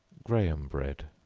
graham bread.